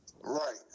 Right